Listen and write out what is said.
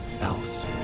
else